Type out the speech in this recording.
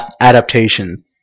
adaptation